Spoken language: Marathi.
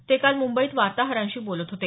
ते काल मंबईत वार्ताहरांशी बोलत होते